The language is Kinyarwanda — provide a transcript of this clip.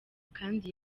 kandi